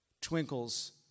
twinkles